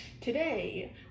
Today